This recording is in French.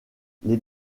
les